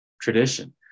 tradition